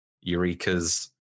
Eureka's